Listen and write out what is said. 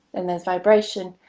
and there's vibration.